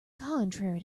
contrary